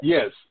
Yes